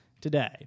today